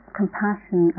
compassion